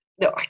no